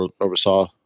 oversaw